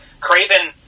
Craven